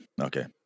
Okay